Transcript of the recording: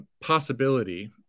possibility